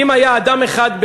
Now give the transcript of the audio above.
אם היה אדם אחד,